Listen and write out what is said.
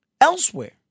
elsewhere